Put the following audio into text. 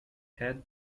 head